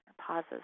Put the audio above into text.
pauses